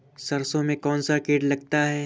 सरसों में कौनसा कीट लगता है?